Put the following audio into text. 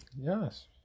Yes